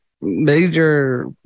major